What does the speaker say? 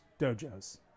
dojos